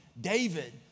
David